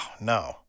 no